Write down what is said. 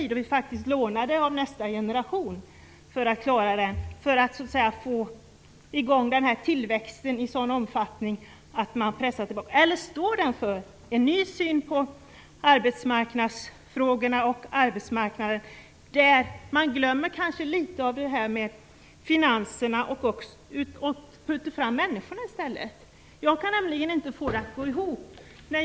Då lånade vi faktiskt av nästa generation för att klara av att få igång tillväxten i en sådan omfattning att arbetslösheten pressades tillbaka. Eller står det för en ny syn på arbetsmarknadsfrågorna och på arbetsmarknaden där man kanske glömmer litet av det här med finanserna och skjuter fram människorna i stället? Jag kan nämligen inte få detta att gå ihop.